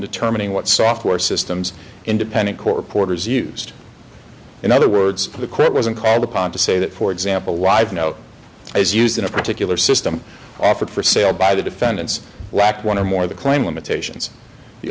determining what software systems independent court reporters used in other words the quit wasn't called upon to say that for example live no is used in a particular system offered for sale by the defendants lack one or more the claim limitations the